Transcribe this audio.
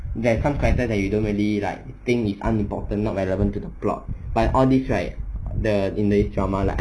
there are some characters that you don't really like think is unimportant not relevant to the plot but all these right the in the drama lah